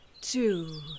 Two